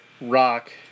rock